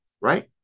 right